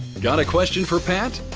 got a question for pat?